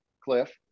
cliff